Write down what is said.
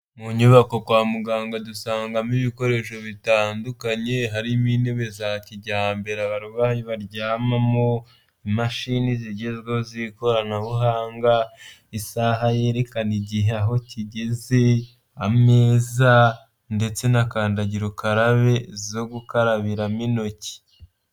Mu nyubako kwa muganga dusangamo ibikoresho bitandukanye, harimo intebe za kijyambere abarwayi baryamamo, imashini zigezweho z'ikoranabuhanga, isaha yerekana igihe aho kigeze, ameza ndetse n'akandagira ukarabe zo gukarabiramo intoki.